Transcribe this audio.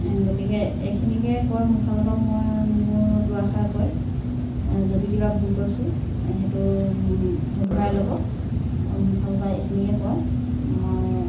গতিকে এইখিনিকে কৈ মোৰ ফালৰ পা মই মোৰ দুআষাৰ কৈ যদি কিবা ভুল কৈছোঁ সেইটো সুধৰাই ল'ব মোৰ ফালৰ পা এইখিনিকে কৈ মই